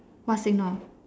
what signal